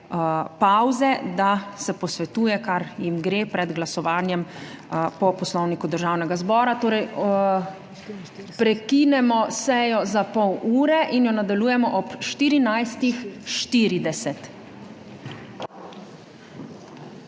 pavze, da se posvetuje, kar jim gre pred glasovanjem po Poslovniku Državnega zbora. Sejo prekinemo za pol ure in jo nadaljujemo ob 14.40.